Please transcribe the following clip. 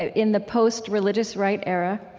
and in the post-religious right era,